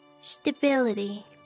Stability